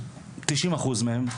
90 אחוז מהם,